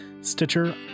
stitcher